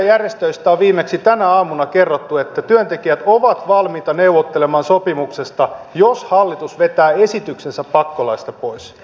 palkansaajajärjestöistä on viimeksi tänä aamuna kerrottu että työntekijät ovat valmiita neuvottelemaan sopimuksesta jos hallitus vetää esityksensä pakkolaeista pois